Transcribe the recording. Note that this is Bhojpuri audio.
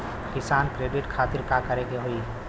किसान क्रेडिट कार्ड खातिर का करे के होई?